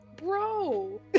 Bro